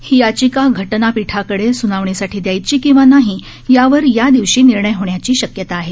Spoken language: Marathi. ही याचिका घटनापीठाकडे सुनावणीसाठी द्यायची किंवा नाही यावर यादिवशी निर्णय होण्याची शक्यता आहे